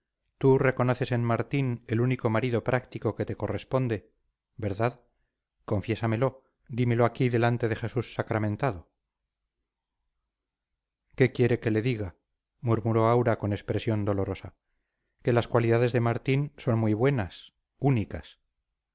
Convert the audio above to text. tú reconoces en martín el único marido práctico que te corresponde verdad confiésamelo dímelo aquí delante de jesús sacramentado qué quiere que le diga murmuró aura con expresión dolorosa que las cualidades de martín son muy buenas únicas